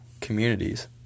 communities